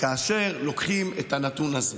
כאשר לוקחים את הנתון הזה